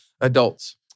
adults